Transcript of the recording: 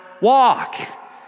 walk